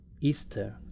Easter